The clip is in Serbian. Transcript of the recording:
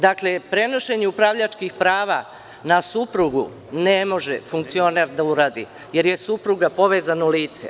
Dakle, prenošenje upravljačkih prava na suprugu ne može funkcioner da uradi, jer je supruga povezano lice.